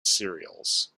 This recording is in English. serials